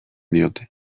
diote